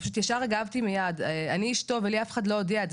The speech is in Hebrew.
ופשוט ישר הגבתי מיד "אני אשתו ולי אף אחד לא הודיע את זה,